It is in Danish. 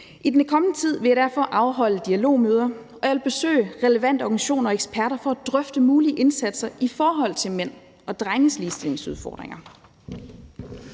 I den kommende tid vil jeg derfor afholde dialogmøder, og jeg vil besøge relevante organisationer og eksperter for at drøfte mulige indsatser i forhold til mænd og drenges ligestillingsudfordringer.